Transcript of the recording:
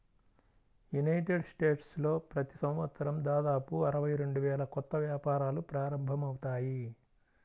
United స్టేట్స్లో ప్రతి సంవత్సరం దాదాపు అరవై రెండు వేల కొత్త వ్యాపారాలు ప్రారంభమవుతాయి